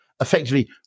effectively